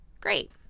Great